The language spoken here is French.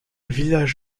village